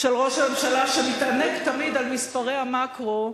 של ראש הממשלה, שמתענג תמיד על מספרי המקרו,